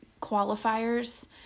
qualifiers